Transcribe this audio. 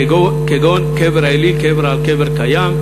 כגון קבר עילי, קבר על קבר קיים,